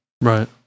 Right